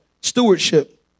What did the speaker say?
Stewardship